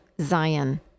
Zion